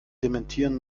dementieren